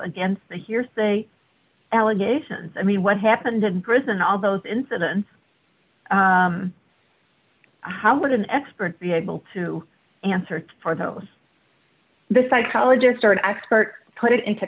against the hearsay allegations i mean what happened in prison all those incidents how would an expert be able to answer for those the psychologist art experts put it into